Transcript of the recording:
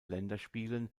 länderspielen